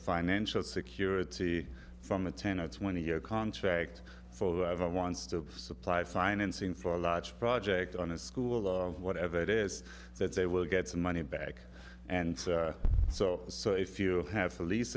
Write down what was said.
financial security from a ten or twenty year contract for ever wants to supply financing for a large project on a school or whatever it is that they will get some money back and so so if you have a lease